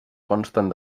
consten